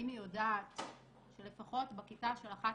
האם היא יודעת שלפחות בכיתה של אחת